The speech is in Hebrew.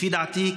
לפי דעתי,